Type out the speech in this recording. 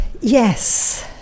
Yes